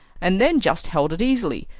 and then just held it easily,